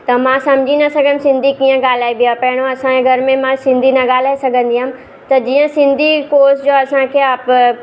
त मां सम्झी न सघियमि सिंधी कीअं ॻाल्हाइबी आहे पहिंरो असांजे घर में मां सिंधी न ॻाल्हाए सघंदी हुयमि त जीअं सिंधी कोर्स जो असांखे अपअ